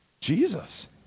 Jesus